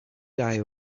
guy